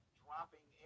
dropping